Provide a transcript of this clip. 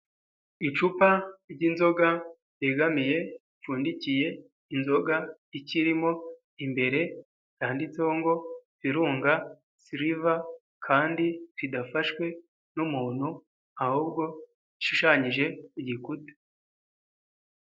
Icupa ry'inzoga ryegamiye ripfundikiye inzoga ikirimo imbere, yanditseho ngo virunga silver kandi ridafashwe n'umuntu ahubwo rishushanyije ku gikuta.